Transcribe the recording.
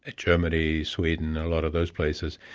ah germany, sweden, a lot of those places,